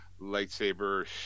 lightsaber